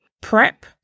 Prep